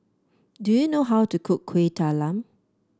do you know how to cook Kueh Talam